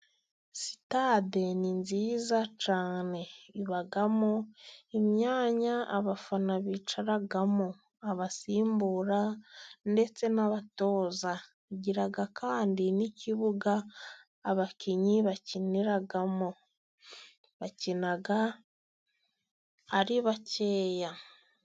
Sitade ni nziza cyane, ibamo imyanya abafana bicaramo, abasimbura ndetse n'abatoza, tugira kandi n'ikibuga abakinnyi bakiniramo, bakina ari bakeya.